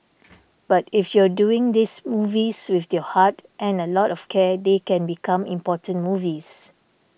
but if you're doing these movies with your heart and a lot of care they can become important movies